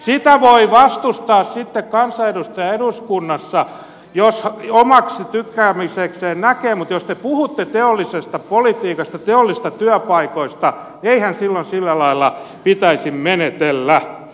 sitä voi vastustaa sitten kansanedustaja eduskunnassa jos omaksi tykkäämisekseen näkee mutta jos te puhutte teollisesta politiikasta teollisista työpaikoista niin eihän silloin sillä lailla pitäisi menetellä